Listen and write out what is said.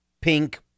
pink